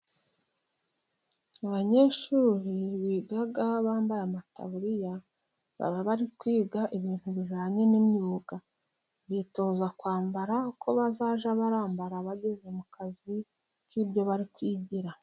Abanyeshuri biga bambaye amataburiya, baba bari kwiga ibintu bijyanye n'imyuga. Bitoza kwambara uko bazajya bambara bageze mu kazi k'ibyo bari kwigira.